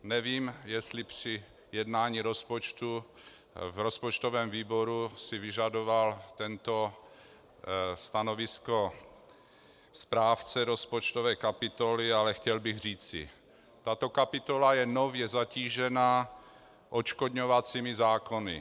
Nevím, jestli při jednání o rozpočtu v rozpočtovém výboru si vyžadoval tento stanovisko správce rozpočtové kapitoly, ale chtěl bych říci: Tato kapitola je nově zatížena odškodňovacími zákony.